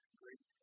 great